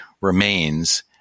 remains